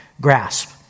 grasp